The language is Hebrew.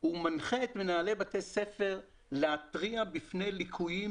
הוא מנחה את מנהלי בתי הספר להתריע בפני ליקויים